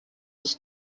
his